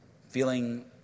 feeling